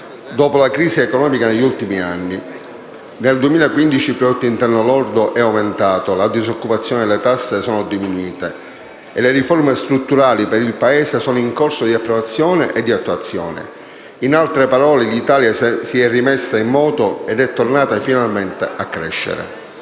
dopo la crisi economica degli ultimi anni. Nel 2015 il prodotto interno lordo è aumentato, la disoccupazione e le tasse sono diminuite, e le riforme strutturali per il Paese sono in corso di approvazione e di attuazione. In altre parole, l'Italia si è rimessa in moto ed è tornata finalmente a crescere.